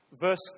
verse